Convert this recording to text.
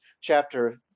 chapter